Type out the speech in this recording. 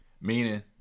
meaning